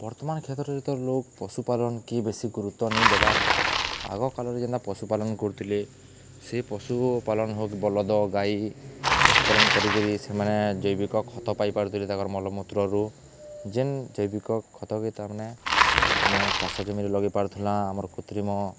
ବର୍ତ୍ତମାନ କ୍ଷେତ୍ରରେ ତ ଲୋକ ପଶୁପାଳନ କିଏ ବେଶୀ ଗୁରୁତ୍ଵ ନାଇ ଦେବାର୍ ଆଗକାଳରେ ଯେନ୍ତା ପଶୁପାଳନ୍ କରୁଥିଲେ ସେ ପଶୁପାଳନ ହେଉ ବଲଦ୍ ଗାଈ ପଶୁପାଳନ୍ କରିକିରି ସେମାନେ ଜୈବିକ ଖତ ପାଇପାରୁଥିଲେ ତାଙ୍କର୍ ମଳମୂତ୍ରରୁ ଯେନ୍ ଜୈବିକ ଖତ ତା'ର୍ମାନେ ଆମେ ଚାଷ ଜମିରେ ଲଗେଇ ପାରୁଥିଲା ଆମର୍ କୃତ୍ରିମ